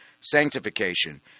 Sanctification